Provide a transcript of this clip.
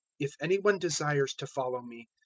if any one desires to follow me,